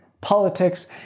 politics